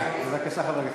ציפור הנפש שלו.